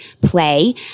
play